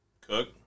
cook